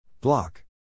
Block